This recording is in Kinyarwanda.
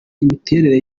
imiterere